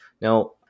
Now